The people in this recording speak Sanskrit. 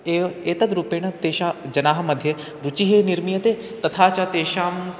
एव एतद्रूपेण तेषा जनानां मध्ये रुचिः निर्मीयते तथा च तेषाम्